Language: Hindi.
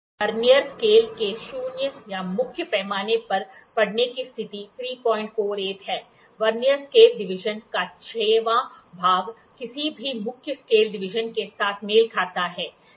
वर्नियर स्केल के शून्य या मुख्य पैमाने पर पढ़ने की स्थिति 348 है वर्नियर स्केल डिवीजन का 6 वां भाग किसी भी मुख्य स्केल डिवीजन के साथ मेल खाता है